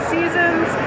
Seasons